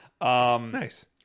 nice